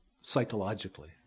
psychologically